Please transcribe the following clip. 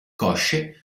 cosce